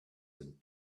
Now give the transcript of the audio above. and